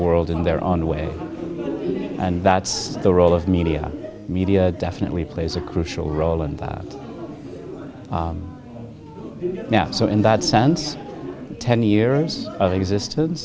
world in their own way and that's the role of media media definitely plays a crucial role in that now so in that sense ten years of existence